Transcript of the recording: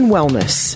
Wellness